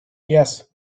yes